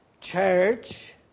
Church